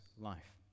life